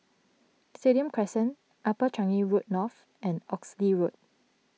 Stadium Crescent Upper Changi Road North and Oxley Road